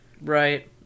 right